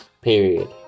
period